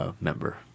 member